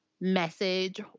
message